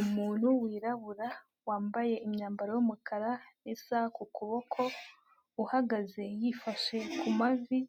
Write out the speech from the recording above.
Umuntu wirabura wambaye imyambaro y'umukara isa ku kuboko, uhagaze yifashe ku mavi,